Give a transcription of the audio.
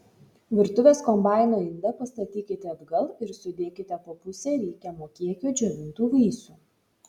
virtuvės kombaino indą pastatykite atgal ir sudėkite po pusę reikiamo kiekio džiovintų vaisių